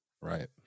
Right